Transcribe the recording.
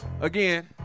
Again